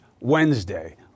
Wednesday